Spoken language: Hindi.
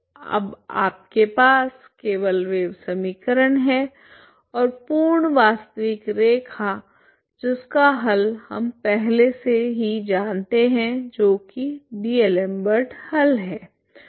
अब आपके पास केवल वेव समीकरण है और पूर्ण वास्तविक रेखा जिसका हल हम पहले से ही जानते हैं जो की डी'एलेम्बर्ट हल है